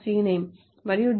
cname మరియు D